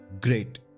Great